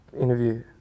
interview